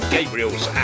Gabriels